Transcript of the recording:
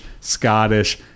Scottish